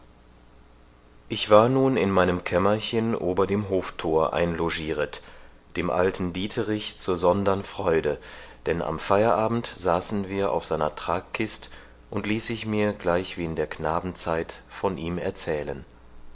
ich war nun in meinem kämmerchen ober dem hofthor einlogiret dem alten dieterich zur sondern freude denn am feierabend saßen wir auf seiner tragkist und ließ ich mir gleich wie in der knabenzeit von ihm erzählen